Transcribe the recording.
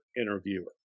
interviewer